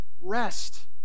rest